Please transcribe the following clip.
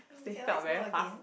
face type of very fast